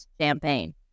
champagne